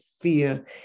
fear